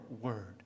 word